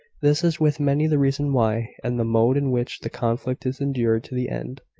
this is with many the reason why, and the mode in which, the conflict is endured to the end.